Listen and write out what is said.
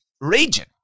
region